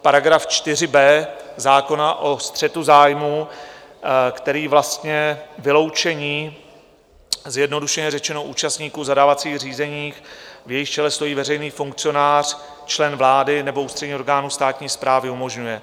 Paragraf 4b zákona o střetu zájmů, který vlastně vyloučení, zjednodušeně řečeno, účastníků zadávacích řízení, v jejichž čele stojí veřejný funkcionář, člen vlády nebo ústředních orgánů státní správy, umožňuje.